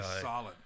Solid